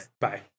Bye